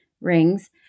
rings